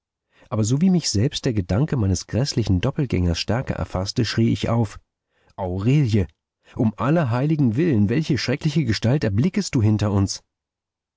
aber sowie mich selbst der gedanke meines gräßlichen doppeltgängers stärker erfaßte schrie ich auf aurelie um aller heiligen willen welche schreckliche gestalt erblicktest du hinter uns